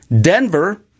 Denver